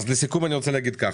אז לסיכום אני רוצה להגיד כך.